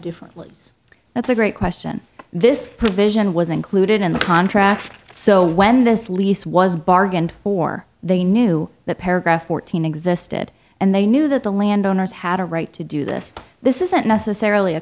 different lives that's a great question this provision was included in the contract so when this lease was bargained for they knew that paragraph fourteen existed and they knew that the landowners had a right to do this this isn't necessarily a